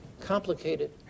complicated